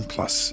Plus